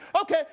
okay